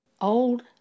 Old